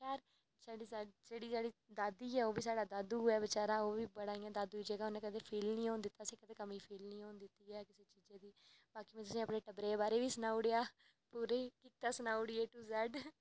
ते जेह्ड़ी साढ़ी दादी ऐ ओह्बी साढ़ा दादू ऐ बचारा बड़ा दादू दी जगह उन्ने कदें फील निं होन दित्ता ते कदें कमीं फील निं होन दित्ती ऐ किसै चीज़ दी बाकी में तुसेंगी टब्बरै दे बारै च बी सनाई ओड़ेआ पूरी कवता सनाई ओड़ी ए टू जेड